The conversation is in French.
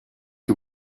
que